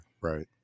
right